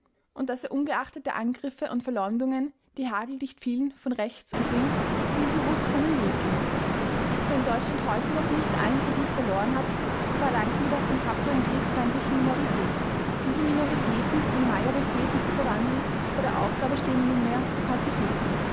und daß er ungeachtet der angriffe und verleumdungen die hageldicht fielen von rechts und links zielbewußt seinen weg ging wenn deutschland heute noch nicht allen kredit verloren hat so verdanken wir das den tapferen kriegsfeindlichen minoritäten diese minoritäten in majoritäten zu verwandeln vor der aufgabe stehen nunmehr die pazifisten